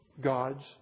God's